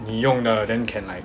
你用的 then can like